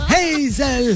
Hazel